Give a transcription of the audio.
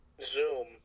zoom